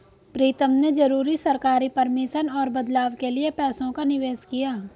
प्रीतम ने जरूरी सरकारी परमिशन और बदलाव के लिए पैसों का निवेश किया